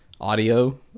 audio